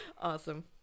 Awesome